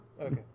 Okay